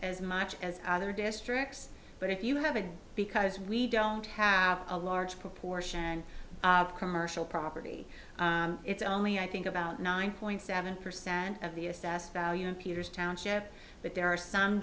as much other districts but if you haven't because we don't have a large proportion of commercial property it's only i think about nine point seven percent of the assessed value in peter's township but there are some